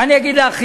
מה אני אגיד לך?